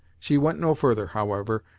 she went no further, however,